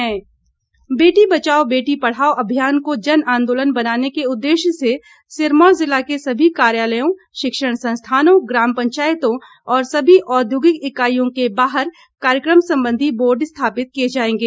बेटी बचाओ बेटी पढ़ाओ बेटी बचाओ बेटी पढ़ाओ अभियान को जनआंदोलन बनाने के उद्देश्य से सिरमौर जिला के सभी कार्यालयों शिक्षण संस्थानों ग्राम पंचायतों और सभी औद्योगिक इकाईयों के बाहर कार्यक्रम संबंधी बोर्ड स्थापित किए जाएंगे